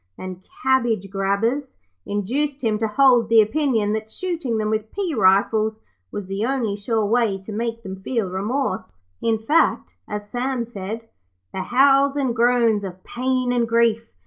and cabbage grabbers induced him to hold the opinion that shooting them with pea-rifles was the only sure way to make them feel remorse. in fact, as sam said the howls and groans of pain and grief,